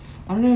!alah!